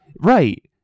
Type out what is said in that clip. Right